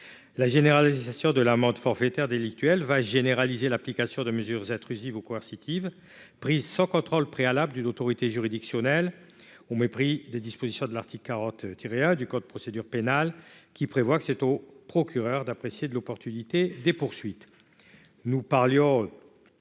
La généralisation de l'amende forfaitaire délictuelle va étendre l'application de mesures intrusives ou coercitives, prises sans contrôle préalable d'une autorité juridictionnelle, au mépris des dispositions de l'article 40-1 du code de procédure pénale, lequel prévoit qu'il revient au procureur d'apprécier l'opportunité des poursuites.